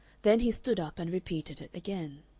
then he stood up and repeated it again.